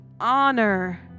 honor